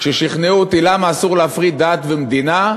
כששכנעו אותי למה אסור להפריד דת ממדינה,